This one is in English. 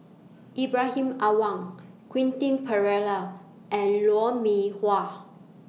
Ibrahim Awang Quentin Pereira and Lou Mee Wah